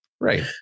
Right